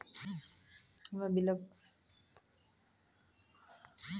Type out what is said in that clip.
हम्मे बिलक भुगतान के रहल छी मुदा, बिलक भुगतान ऑनलाइन नै भऽ रहल छै?